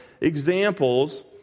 examples